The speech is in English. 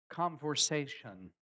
Conversation